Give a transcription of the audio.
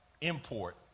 import